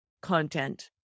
content